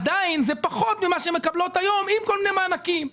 עדיין זה פחות ממה שמקבלות היום עם כל מיני מענקים.